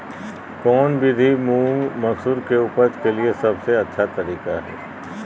कौन विधि मुंग, मसूर के उपज के लिए सबसे अच्छा तरीका है?